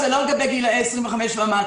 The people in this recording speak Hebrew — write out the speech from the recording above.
זה לא לגבי גילאי 25 ומטה,